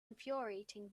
infuriating